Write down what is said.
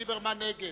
ליברמן, נגד.